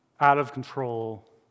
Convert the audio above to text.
out-of-control